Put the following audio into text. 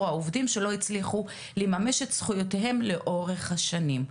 העובדים שלא הצליחו לממש את זכויותיהם לאורך השנים.